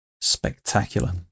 Spectacular